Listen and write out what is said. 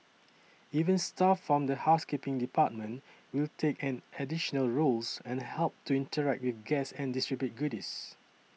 even staff from the housekeeping department will take on additional roles and help to interact with guests and distribute goodies